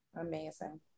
amazing